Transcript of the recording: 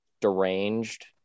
deranged